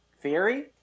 theory